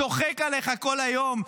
צוחק עליך כל היום,